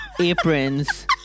aprons